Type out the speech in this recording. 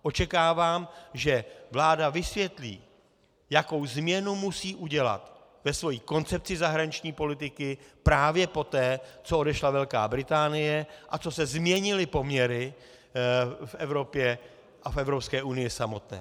Očekávám, že vláda vysvětlí, jakou změnu musí udělat ve své koncepci zahraniční politiky právě poté, co odešla Velká Británie a co se změnily poměry v Evropě a v Evropské unii samotné.